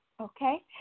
okay